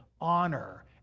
honor